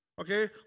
Okay